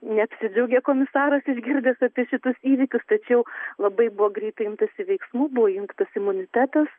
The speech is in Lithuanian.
neapsidžiaugė komisaras išgirdęs apie šitus įvykius tačiau labai buvo greitai imtasi veiksmų buvo įjungtas imunitetas